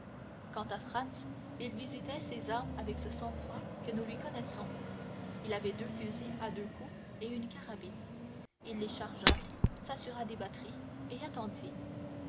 quant à franz il visitait ses armes avec ce sang-froid que nous lui connaissons il avait deux fusils à deux coups et une carabine il les chargea s'assura des batteries et attendit